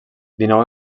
dinou